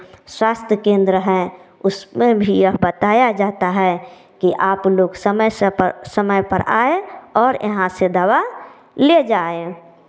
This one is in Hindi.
स्वास्थ्य केंद्र हैं उसमें भी यह बताया जाता है कि आप लोक समय से पर समय पर आए और यहाँ से दवा ले जाएँ